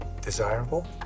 desirable